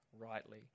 rightly